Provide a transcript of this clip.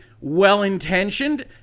well-intentioned